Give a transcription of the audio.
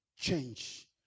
change